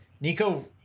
Nico